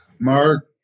Mark